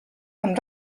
amb